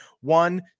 one